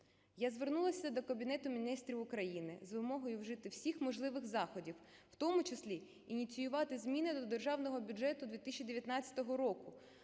Я звернулась до Кабінету Міністрів України з вимогою вжити всіх можливих заходів, в тому числі ініціювати зміни до Державного бюджету 2019 року